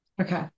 Okay